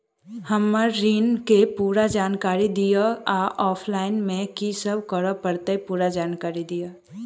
हम्मर ऋण केँ पूरा जानकारी दिय आ ऑफलाइन मे की सब करऽ पड़तै पूरा जानकारी दिय?